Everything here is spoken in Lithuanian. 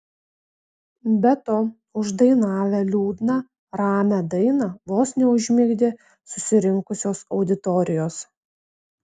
be to uždainavę liūdną ramią dainą vos neužmigdė susirinkusios auditorijos